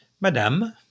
madame